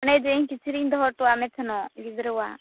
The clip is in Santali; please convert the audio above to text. ᱦᱟᱱᱮ ᱡᱮ ᱤᱧ ᱠᱤᱪᱨᱤᱡ ᱤᱧ ᱫᱚᱦᱚ ᱦᱚᱴᱚᱣᱟᱜ ᱢᱮ ᱛᱟᱦᱮᱱᱚᱜ ᱜᱤᱫᱽᱨᱟᱹᱣᱟᱜ